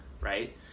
right